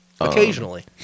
Occasionally